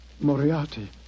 Moriarty